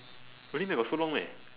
really meh got so long meh